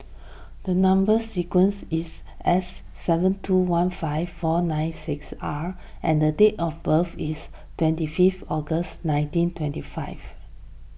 the Number Sequence is S seven two one five four nine six R and the date of birth is twenty fifth August nineteen twenty five